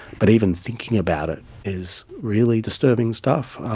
but even thinking about it is really disturbing stuff.